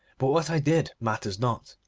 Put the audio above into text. but what i did matters not,